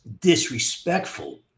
disrespectful